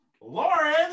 Lauren